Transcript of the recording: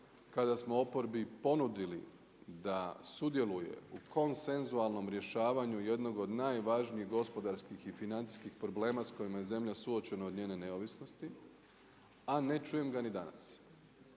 kada smo oporbi ponudili da sudjeluje u konsenzualnom rješavanju jednog od najvažnijih gospodarskih i financijskih problema s kojima je zemlja suočena od njene neovisnosti, a ne čujem ga ni danas.